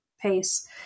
pace